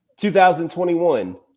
2021